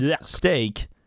steak